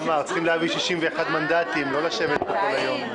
לא לשבת פה כל היום.